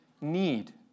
need